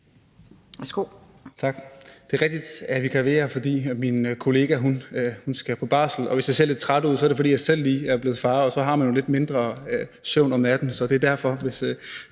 (S): Det er rigtigt, at jeg vikarierer, fordi min kollega skal på barsel, og hvis jeg ser lidt træt ud, er det, fordi jeg selv lige er blevet far, og så har man jo lidt mindre søvn om natten. Så det er derfor, hvis